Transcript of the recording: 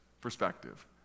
perspective